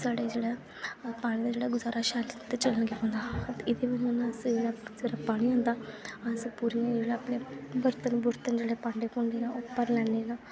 साढ़ा जेह्ड़ा पानी जेह्ड़ा गुजारा शैल चलन लगी पौंदा हा सवैरे पानी औंदा होर अस पूरे भांड़े भूड़े बर्तन ओह् भरी लैने